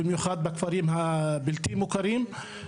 במיוחד בכפרים הבלתי מוכרים.